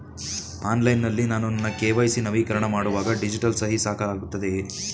Online ನಲ್ಲಿ ನಾನು ನನ್ನ ಕೆ.ವೈ.ಸಿ ನವೀಕರಣ ಮಾಡುವಾಗ ಡಿಜಿಟಲ್ ಸಹಿ ಸಾಕಾಗುತ್ತದೆಯೇ?